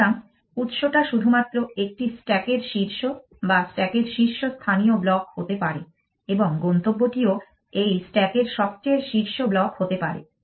সুতরাং উৎসটা শুধুমাত্র একটি স্ট্যাকের শীর্ষ বা স্ট্যাকের শীর্ষস্থানীয় ব্লক হতে পারে এবং গন্তব্যটিও এই স্ট্যাকের সবচেয়ে শীর্ষ ব্লক হতে পারে